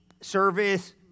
service